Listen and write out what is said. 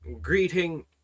greeting